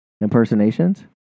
Impersonations